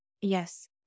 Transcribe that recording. Yes